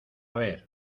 ver